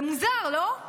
זה מוזר, לא?